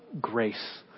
grace